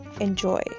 enjoy